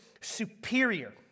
superior